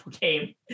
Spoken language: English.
game